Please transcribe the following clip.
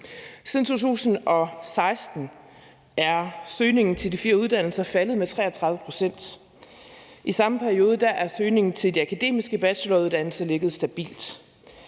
Siden 2016 er søgningen til de fire uddannelser faldet med 33 pct. I samme periode har søgningen til de akademiske bacheloruddannelser ligget stabilt.